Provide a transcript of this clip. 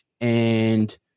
and-